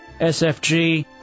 SFG